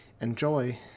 Enjoy